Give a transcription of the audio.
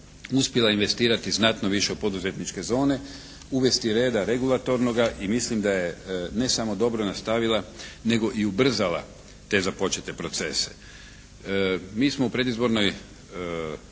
uspjela investirati znatno više u poduzetničke zone, uvesti reda regulatornoga i mislim da je ne samo dobro nastavila nego i ubrzala te započete procese. Mi smo u predizbornom